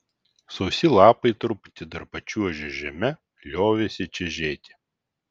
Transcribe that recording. sausi lapai truputį dar pačiuožę žeme liovėsi čežėti